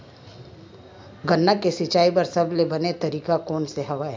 गन्ना के सिंचाई बर सबले बने तरीका कोन से हवय?